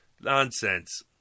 Nonsense